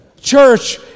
Church